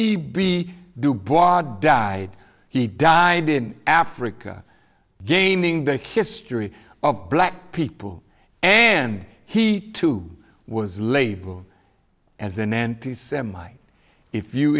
bois died he died in africa gaming the history of black people and he too was labeled as an anti semite if you